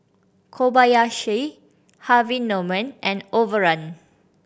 Kobayashi Harvey Norman and Overrun